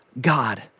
God